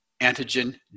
antigen